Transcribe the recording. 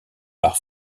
par